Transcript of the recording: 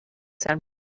san